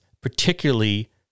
particularly